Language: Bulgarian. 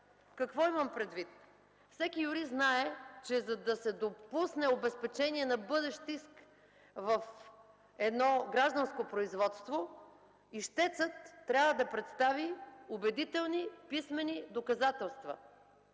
Какво имам предвид? Всеки юрист знае, че за да се допусне обезпечение на бъдещ иск в едно гражданско производство, ищецът трябва да представи убедителни писмени доказателства,